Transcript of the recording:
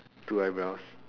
two eyebrows